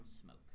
smoke